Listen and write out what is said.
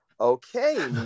okay